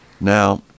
Now